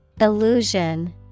Illusion